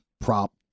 prop